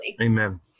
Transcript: Amen